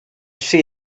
she